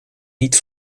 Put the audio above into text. niet